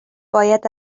باید